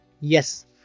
yes